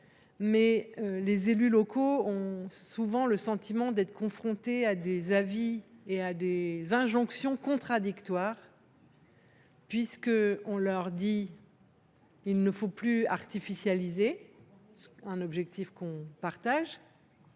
que les élus locaux ont souvent le sentiment d’être confrontés à des avis et à des injonctions contradictoires : on leur dit qu’il ne faut plus artificialiser – cet objectif, nous le partageons